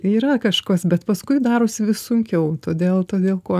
yra kažkas bet paskui darosi vis sunkiau todėl todėl kuo